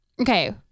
Okay